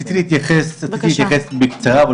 רציתי להתייחס בקצרה,